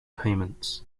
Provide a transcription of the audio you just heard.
payments